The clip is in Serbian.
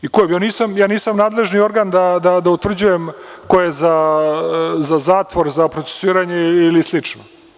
Ja nisam nadležni organ da utvrđujem ko je za zatvor, za procesuiranje ili slično.